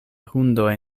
hundoj